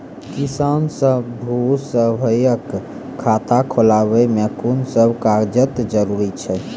किसान बंधु सभहक खाता खोलाबै मे कून सभ कागजक जरूरत छै?